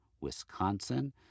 Wisconsin